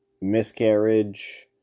miscarriage